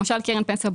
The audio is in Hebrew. למשל קרן פנסיה,